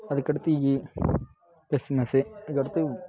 அதுக்கடுத்து இ கிறிஸ்மஸ்ஸு அதுக்கடுத்து